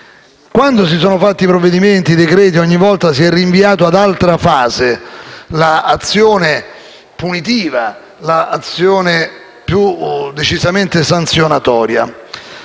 Quando si sono fatti i vari provvedimenti e decreti, ogni volta si è rinviata ad altra fase l'azione punitiva e più decisamente sanzionatoria.